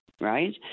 right